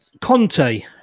Conte